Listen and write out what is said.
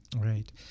Right